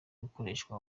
umukoresha